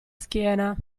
schiena